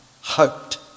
hoped